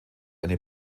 eine